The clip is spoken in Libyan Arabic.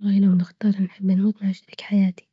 والله لو بختار نحب نموت مع شريك حياتي،